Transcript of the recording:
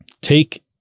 Take